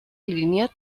línia